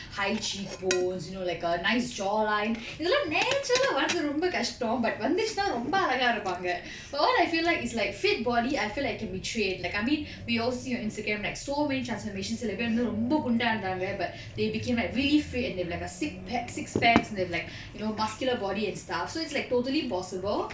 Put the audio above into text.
high cheek bones you know like a nice jaw line இதெலாம்:idelam natural ah வர்றது ரொம்ப கஸ்டம்:varrathu romba kastam but வந்திச்சினா ரொம்ப அழகா இருப்பாங்க:vanthichina romba alaka iruppanga well what I feel like is like fit body I feel they can be trained like I mean we all see on instagram like so many transformations செல பேர் வந்து ரொம்ப குண்டா இருந்தாங்க:sela per vanthu romba gunda irunthanga but they became like really fit and they have like a six pack six pack and they are like you know muscular body and stuff so it's like totally possible